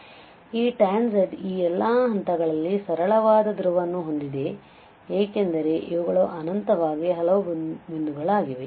ಆದ್ದರಿಂದ ಈ tan z ಈ ಎಲ್ಲ ಹಂತಗಳಲ್ಲಿ ಸರಳವಾದ ಧ್ರುವವನ್ನು ಹೊಂದಿದೆ ಏಕೆಂದರೆ ಇವುಗಳು ಅನಂತವಾಗಿ ಹಲವು ಬಿಂದುಗಳಾಗಿವೆ